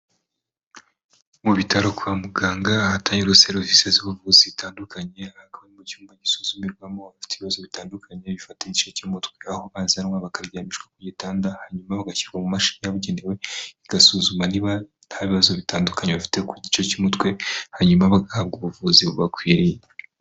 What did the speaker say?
Mu bitaro kwa muganga ahatangirwa serivisi z'ubuvuzi zitandukanye, hakaba mu cyumba gisuzumirwamo abafite ibibazo bitandukanye bifata igice cyo mu m’umutwe, aho bazanwa bakaryamishwa ku gitanda hanyuma bagashyirwa mu mashini yabugenewe, igasuzuma niba nta bibazo bitandukanye bafite ku gice cy'umutwe, hanyuma bagahabwa ubuvuzi bubakwiriye.